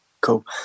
Cool